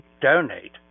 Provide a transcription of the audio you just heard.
donate